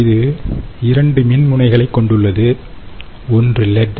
இது 2 மின் முனைகளைக் கொண்டுள்ளது ஒன்று லெட்